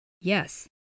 Yes